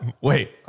wait